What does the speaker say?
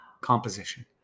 composition